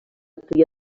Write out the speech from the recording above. tria